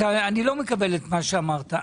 לא מקבל מה שאמרת.